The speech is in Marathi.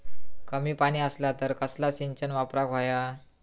कमी पाणी असला तर कसला सिंचन वापराक होया?